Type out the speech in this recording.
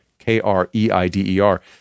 K-R-E-I-D-E-R